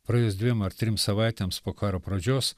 praėjus dviem ar trim savaitėms po karo pradžios